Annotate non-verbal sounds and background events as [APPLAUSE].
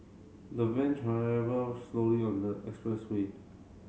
the van [UNINTELLIGIBLE] slowly on the expressway